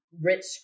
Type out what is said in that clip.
rich